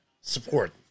support